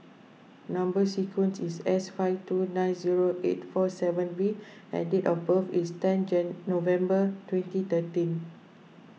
Number Sequence is S five two nine zero eight four seven V and date of birth is ten Jane November twenty thirteen